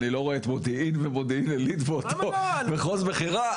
אני לא רואה את מודיעין ומודיעין עילית באותו מחוז בחירה,